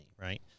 right